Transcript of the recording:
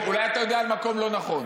אולי אתה יודע על מקום לא נכון.